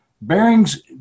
bearings